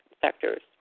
sectors